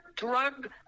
drug